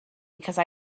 because